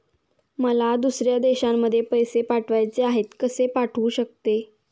मला दुसऱ्या देशामध्ये पैसे पाठवायचे आहेत कसे पाठवू शकते?